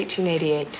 1888